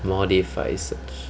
modified search